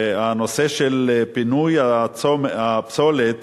והנושא של פינוי הפסולת,